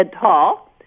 tall